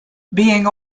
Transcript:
being